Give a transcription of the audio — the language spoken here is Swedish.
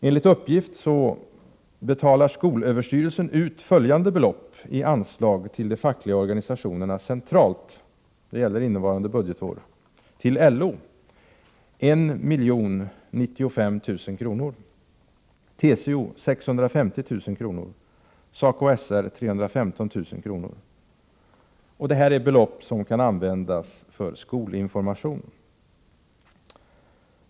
Enligt uppgift betalar skolöverstyrelsen ut följande belopp i anslag till de fackliga organisationerna centralt under innevarande budgetår — till LO 1095 000 kr., till TCO 650 000 kr., till SACO-SR 315 000 kr. Dessa belopp kan användas för skolinformation.